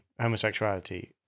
homosexuality